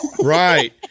Right